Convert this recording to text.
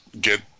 get